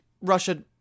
Russia